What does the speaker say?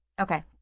Okay